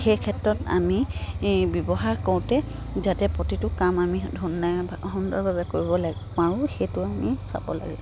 সেই ক্ষেত্ৰত আমি ব্যৱহাৰ কৰোঁতে যাতে প্ৰতিটো কাম আমি ধুনীয়া সুন্দৰভাৱে কৰিবলৈ পাৰোঁ সেইটো আমি চাব লাগে